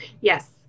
Yes